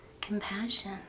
compassion